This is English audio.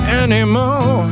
anymore